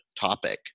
topic